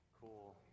Cool